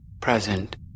present